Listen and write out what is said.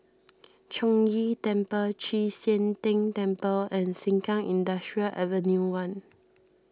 Chong Ghee Temple Chek Sian Tng Temple and Sengkang Industrial Avenue one